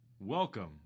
Welcome